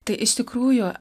tai iš tikrųjų